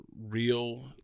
real